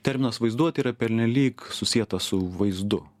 terminas vaizduotė yra pernelyg susietas su vaizdu